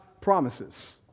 promises